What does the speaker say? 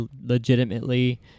legitimately